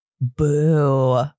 boo